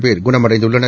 போ் குண்மடைந்துள்ளனர்